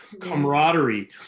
camaraderie